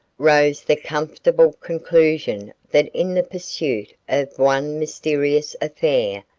rose the comfortable conclusion that in the pursuit of one mysterious affair,